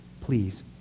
Please